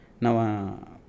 Now